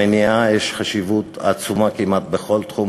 למניעה יש חשיבות עצומה כמעט בכל תחום,